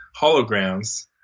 holograms